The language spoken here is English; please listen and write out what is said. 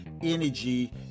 energy